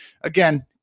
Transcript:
again